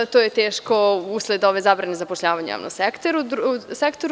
To je teško usled ove zabrane zapošljavanja u javnom sektoru.